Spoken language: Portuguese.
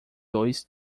dois